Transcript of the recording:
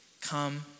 come